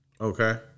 Okay